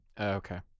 Okay